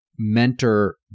mentor